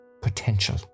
potential